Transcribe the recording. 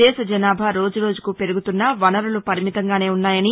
దేశ జనాభా రోజురోజుకూ పెరుగుతున్నా వనరులు పరిమితంగానే ఉన్నాయని